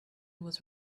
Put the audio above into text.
was